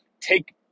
take